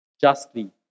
justly